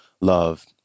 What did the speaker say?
Love